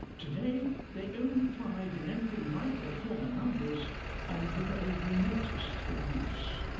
today they only thrive in anything like their former numbers on the very remotest of reefs.